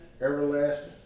Everlasting